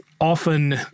often